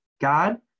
God